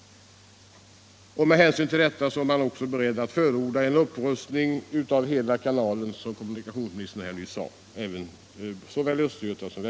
Med hänsyn till detta är man alltså beredd att förorda en upprustning av hela kanalen, såväl Östgötasom Västgötaleden.